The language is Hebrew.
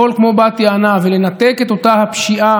בחול כמו בת יענה ולנתק את אותה הפשיעה,